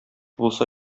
булса